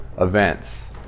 events